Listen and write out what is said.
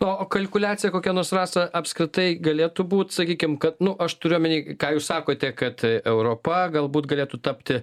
o kalkuliacija kokia nors rasa apskritai galėtų būt sakykim kad nu aš turiu omeny ką jūs sakote kad europa galbūt galėtų tapti